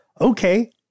okay